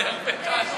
וזה הרבה טענות,